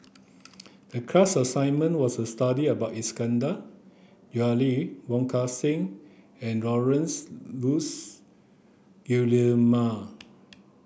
the class assignment was to study about Iskandar Jalil Wong Kan Seng and Laurence Nunns Guillemard